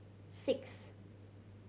six